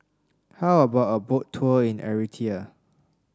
how about a Boat Tour in Eritrea